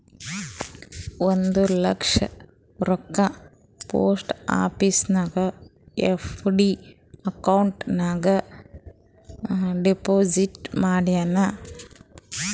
ಒಂದ್ ಲಕ್ಷ ರೊಕ್ಕಾ ಪೋಸ್ಟ್ ಆಫೀಸ್ದು ಎಫ್.ಡಿ ಅಕೌಂಟ್ ನಾಗ್ ಡೆಪೋಸಿಟ್ ಮಾಡಿನ್